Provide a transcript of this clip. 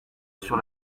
sur